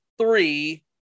three